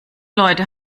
leute